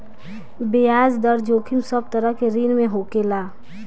बियाज दर जोखिम सब तरह के ऋण में होखेला